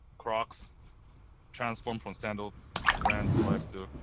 crocs transformed from sandal brand to lifestyle,